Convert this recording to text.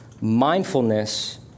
Mindfulness